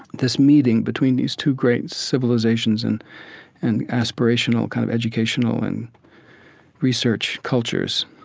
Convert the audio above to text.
this meeting between these two great civilizations and and aspirational kind of educational and research cultures,